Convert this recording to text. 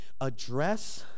address